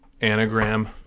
anagram